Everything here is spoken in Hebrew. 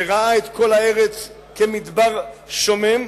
שראה את כל הארץ כמדבר שומם,